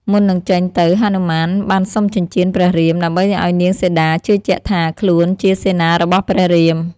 មុននឹង ចេញទៅហនុមានបានសុំចិញ្ចៀនព្រះរាម ដើម្បីឱ្យនាងសីតាជឿជាក់ថា ខ្លួនជាសេនារបស់ ព្រះរាម។